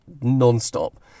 non-stop